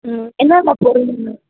ம் என்னென்ன பொருள் வேணும்